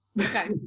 Okay